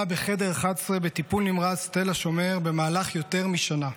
בחדר 11 בטיפול נמרץ תל השומר במהלך יותר משנה.